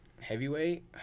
Heavyweight